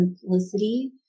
simplicity